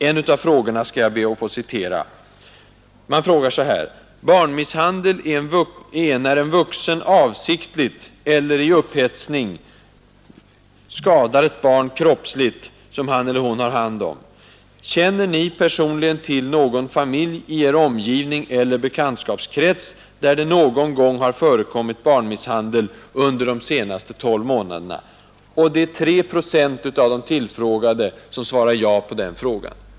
En av frågorna lydde: Barnmisshandel är när en vuxen avsiktligt eller i upphetsning kroppsligt skadar ett barn som han eller hon har hand om. Känner ni personligen till någon familj i er omgivning eller bekantskapskrets, där det någon gång har förekommit misshandel under de senaste tolv månaderna? Tre procent av de tillfrågade svarade ja på den frågan.